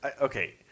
okay